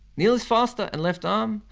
neil is faster and left arm,